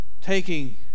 taking